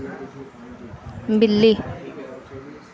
बिल्ली